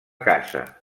casa